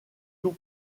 tout